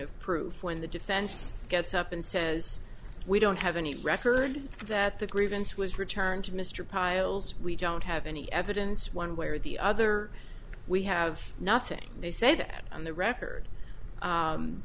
of proof when the defense gets up and says we don't have any record that the grievance was returned to mr pyles we don't have any evidence one way or the other we have nothing they say that on the record